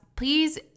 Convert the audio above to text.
please